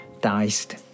diced